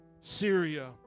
Syria